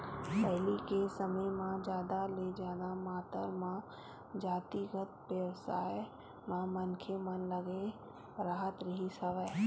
पहिली के समे म जादा ले जादा मातरा म जातिगत बेवसाय म मनखे मन लगे राहत रिहिस हवय